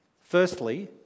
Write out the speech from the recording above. Firstly